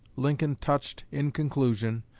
lincoln touched, in conclusion,